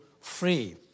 free